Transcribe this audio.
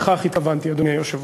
לכך התכוונתי, אדוני היושב-ראש.